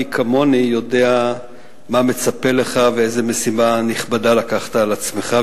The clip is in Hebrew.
ומי כמוני יודע מה מצפה לך ואיזו משימה נכבדה לקחת על עצמך.